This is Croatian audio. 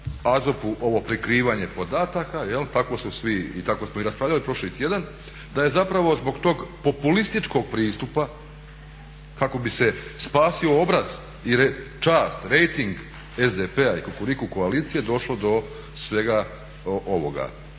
AZOP-u ovo prikrivanje podataka jel', tako su svi i tako smo i raspravljali prošli tjedan, da je zapravo zbog tog populističkog pristupa kako bi se spasio obraz i čast, rejting SDP-a i Kukuriku koalicije došlo do svega ovoga.